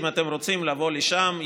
אם אתם רוצים לבוא לשם,